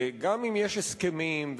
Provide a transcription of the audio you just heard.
וגם אם יש הסכמים,